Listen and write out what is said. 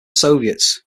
soviets